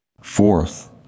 Fourth